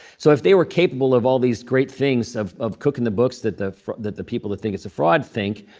so if they were capable of all these great things, of of cooking the books that the that the people that think it's a fraud think,